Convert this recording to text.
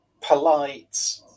polite